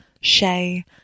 Shay